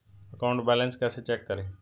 Account balance कैसे check करें?